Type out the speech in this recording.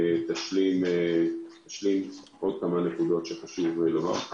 תשלים עוד כמה נקודות שחשוב לומר.